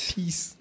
Peace